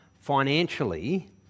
financially